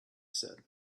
said